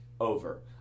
over